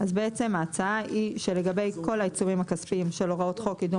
אז בעצם ההצעה היא שלגבי כל העיצומים הכספיים של הוראות חוק קידום